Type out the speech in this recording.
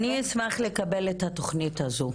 אני אשמח לקבל את התוכנית הזאת,